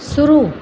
शुरू